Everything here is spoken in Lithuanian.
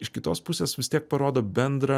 iš kitos pusės vis tiek parodo bendrą